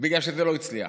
כי זה לא הצליח.